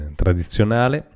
tradizionale